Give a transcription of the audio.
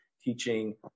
teaching